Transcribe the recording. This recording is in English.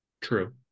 True